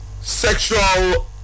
sexual